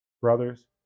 Brothers